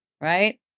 right